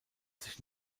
sich